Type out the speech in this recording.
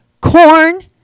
Corn